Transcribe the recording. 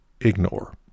ignore